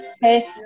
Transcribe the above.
Hey